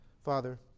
Father